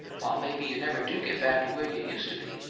while maybe you never do get back to where you used to be,